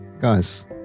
Guys